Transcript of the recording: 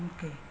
Okay